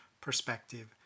perspective